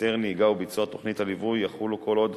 היתר נהיגה וביצוע תוכנית הליווי יחולו כל עוד